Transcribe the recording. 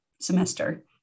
semester